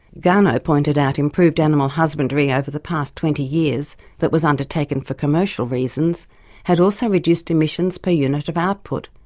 garnaut pointed out improved animal husbandry over the past twenty years that was undertaken for commercial reasons had also reduced emissions per unit of output.